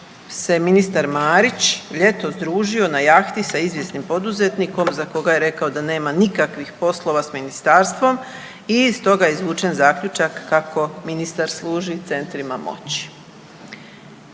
se ministar Marić ljetos družio na jahti sa izvjesnim poduzetnikom za koga je rekao da nema nikakvih poslova s ministarstvom i iz toga je izvučen zaključak kako ministar služi centrima moći.